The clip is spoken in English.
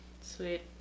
Sweet